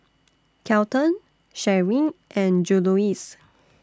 Kelton Sheree and Juluis